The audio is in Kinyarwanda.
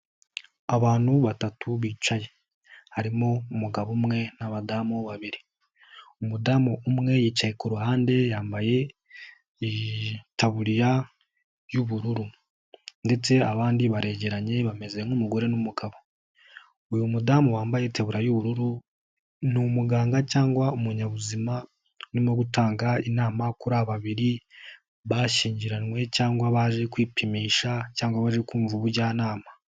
Abantu batatu bicaye harimo umugabo umwe nabadamu babiri; umudamu umwe yicaye ku ruhande itaburiya y'ubururu, ndetse abandi baregeranye bameze nk'umugore n'umugabo. Uyu mudamu wambaye itaburiya y'ubururu ni umuganga cyangwa umunyabuzima, urimo gutanga inama kuri aba babiri bashyingiranywe, cyangwa baje kwipimisha cyangwa baje kumva ubujyanama.